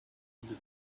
into